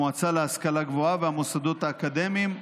המועצה להשכלה גבוהה והמוסדות האקדמיים,